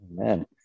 Amen